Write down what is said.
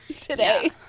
today